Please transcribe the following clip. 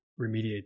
remediate